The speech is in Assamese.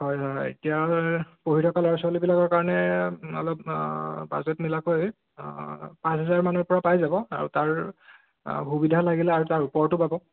হয় হয় এতিয়া পঢ়ি থকা ল'ৰা ছোৱালীবিলাকৰ কাৰণে অলপ বাজেট মিলাকৈ পাঁচ হাজাৰমানৰ পৰা পাই যাব আৰু তাৰ সুবিধা লাগিলে আৰু তাৰ ওপৰতো পাব